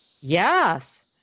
yes